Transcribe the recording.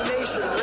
Nation